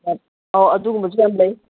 ꯑꯧ ꯑꯗꯨꯒꯨꯝꯕꯁꯨ ꯌꯥꯝ ꯂꯩ